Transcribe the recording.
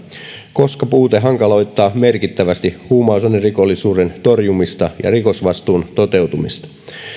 koska puute hankaloittaa merkittävästi huumausainerikollisuuden torjumista ja rikosvastuun toteutumista